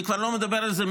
אני כבר לא מדבר על זה,